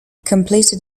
completed